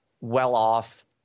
well-off